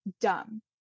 dumb